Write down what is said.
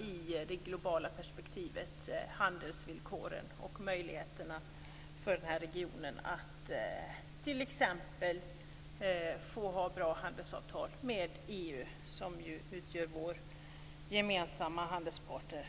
i det globala perspektivet hanterar handelsvillkoren och möjligheterna för den här regionen att t.ex. få bra handelsavtal med EU. EU är ju vår gemensamma handelspartner.